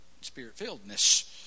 spirit-filledness